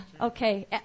Okay